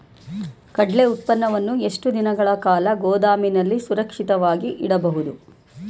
ಕಡ್ಲೆ ಉತ್ಪನ್ನವನ್ನು ಎಷ್ಟು ದಿನಗಳ ಕಾಲ ಗೋದಾಮಿನಲ್ಲಿ ಸುರಕ್ಷಿತವಾಗಿ ಇಡಬಹುದು?